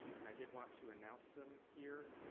and, i did want to announce them here.